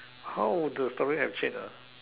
how the story have changed ah